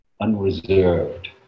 unreserved